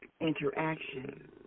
interaction